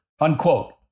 unquote